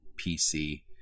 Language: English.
PC